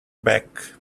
back